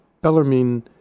Bellarmine